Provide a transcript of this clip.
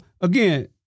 again